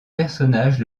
personnage